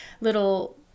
little